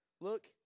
Look